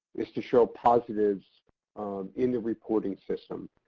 is to show positives in the reporting system.